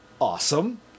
awesome